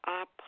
up